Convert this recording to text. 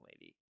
lady